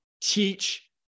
teach